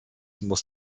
muss